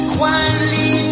Quietly